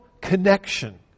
connection